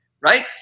right